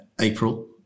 April